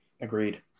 agreed